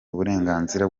uburenganzira